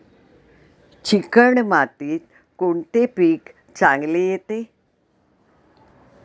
Chicken मातीत कोणते पीक चांगले येते?